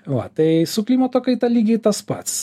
va tai su klimato kaita lygiai tas pats